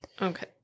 Okay